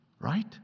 Right